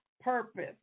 purpose